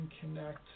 connect